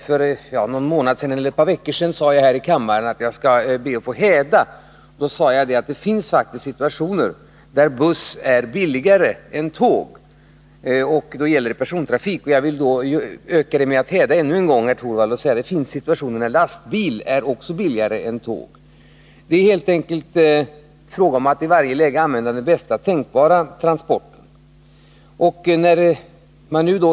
För några veckor sedan sade jag här i kammaren att jag måste be att få häda, och sedan sade jag att det faktiskt finns situationer där buss är billigare än tåg. Då gällde det persontrafik. Jag vill nu öka på med att häda ännu en gång, herr Torwald, och säga: Det finns också situationer där lastbilar är billigare än tåg. Det är helt enkelt fråga'om att i varje läge använda den bästa tänkbara transporten.